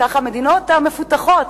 כאחת המדינות המפותחות,